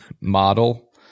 model